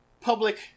public